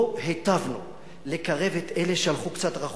לא היטבנו לקרב את אלה שהלכו קצת רחוק,